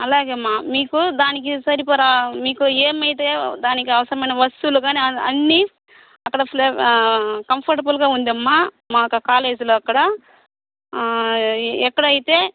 అలాగేనమ్మా మీకు దానికి సరిపడే మీకు ఏమైతే దానికి అవసరమైన వస్తువులు కానీ అన్నీ అక్కడ కంఫర్టబుల్గా ఉందమ్మా మాకు కాలేజీలో అక్కడ ఎక్కడైతే